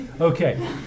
Okay